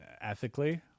Ethically